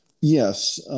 Yes